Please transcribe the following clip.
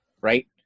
right